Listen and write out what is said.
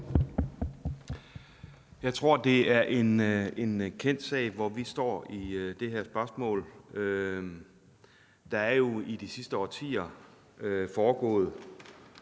Jeg tror, det er en kendt sag, hvor vi står i det her spørgsmål. Der har jo i de sidste årtier foregået